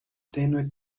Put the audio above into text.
tenue